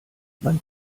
man